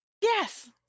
Yes